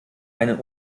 ein